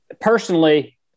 Personally